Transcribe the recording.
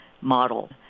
model